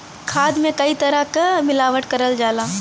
खाद में कई तरे क मिलावट करल जाला